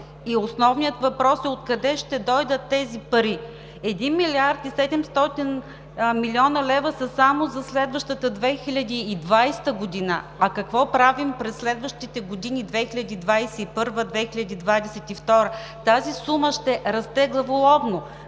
Основният въпрос е: откъде ще дойдат тези пари? Един милиард и 700 млн. лв. са само за следващата 2020 г., а какво правим пред следващите години – 2021-а, 2022-а? Тази сума ще расте главоломно.